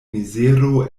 mizero